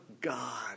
God